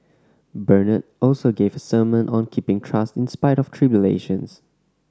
Bernard also gave a sermon on keeping trust in spite of tribulations